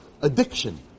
addiction